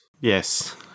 Yes